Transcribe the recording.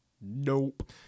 Nope